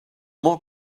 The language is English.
more